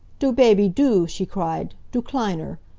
du baby du! she cried. du kleiner!